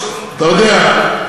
אתה יודע,